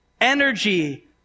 energy